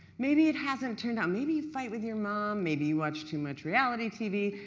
maybe it hasn't turned out maybe you fight with your mum, maybe you watch too much reality tv,